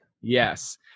Yes